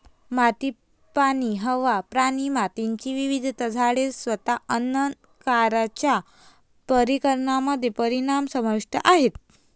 माती, पाणी, हवा, प्राणी, मातीची विविधता, झाडे, स्वतः अन्न कारच्या परिणामामध्ये परिणाम समाविष्ट आहेत